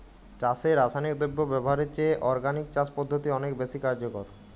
চাষে রাসায়নিক দ্রব্য ব্যবহারের চেয়ে অর্গানিক চাষ পদ্ধতি অনেক বেশি কার্যকর